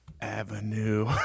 avenue